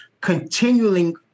continuing